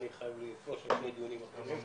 אני חייב לתפוס עוד שני דיונים אחרים,